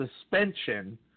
suspension